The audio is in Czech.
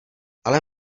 ale